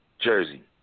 Jersey